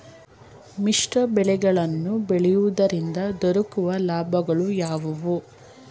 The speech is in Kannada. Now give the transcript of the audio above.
ಮಿಶ್ರ ಬೆಳೆಗಳನ್ನು ಬೆಳೆಯುವುದರಿಂದ ದೊರಕುವ ಲಾಭಗಳು ಯಾವುವು?